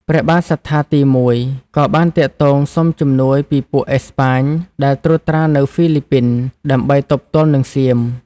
ព្រះបាទសត្ថាទី១ ក៏បានទាក់ទងសុំជំនួយពីពួកអេស្ប៉ាញដែលត្រួតត្រានៅហ្វីលីពីន ដើម្បីទប់ទល់នឹងសៀម។